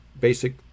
basic